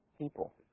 people